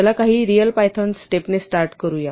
चला काही real Python स्टेपने स्टार्ट करूया